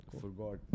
forgot